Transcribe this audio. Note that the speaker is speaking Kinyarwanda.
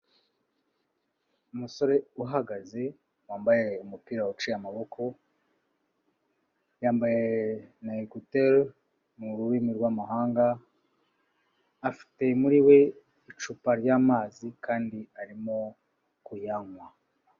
Umusore uhagaze wambaye umupira waciye amaboko, yambaye na ecouter mu rurimi rw'amahanga, afite muri we icupa ryamazi kandi arimo kuyanywa.